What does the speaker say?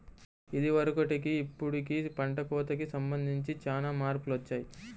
ఇదివరకటికి ఇప్పుడుకి పంట కోతకి సంబంధించి చానా మార్పులొచ్చాయ్